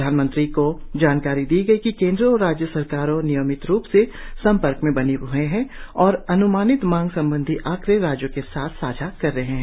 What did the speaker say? प्रधानमंत्री को जानकारी दी गई कि केंद्र और राज्य सरकारें नियमित रूप से संपर्क में बने ह्ए हैं और अनुमानित मांग संबंधी आंकड़े राज्यों के साथ साझा कर रहे हैं